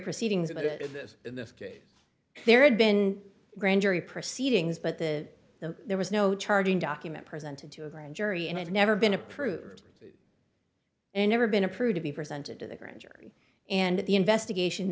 proceedings about it this this case there had been grand jury proceedings but the the there was no charging document presented to a grand jury and had never been approved and never been approved to be presented to the grand jury and the investigation